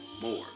more